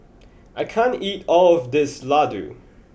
I can't eat all of this Laddu